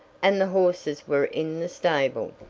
and the horses were in the stable.